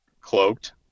cloaked